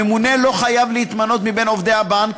הממונה לא חייב להתמנות מעובדי הבנק,